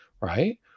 right